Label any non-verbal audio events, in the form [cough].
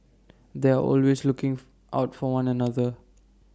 they are always looking [noise] out for one another